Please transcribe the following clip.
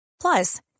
Plus